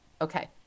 Okay